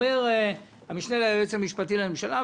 אומר המשנה ליועץ המשפטי לממשלה,